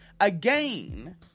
Again